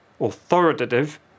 authoritative